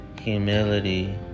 humility